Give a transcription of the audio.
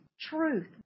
Truth